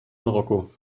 marokko